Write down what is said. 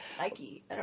Nike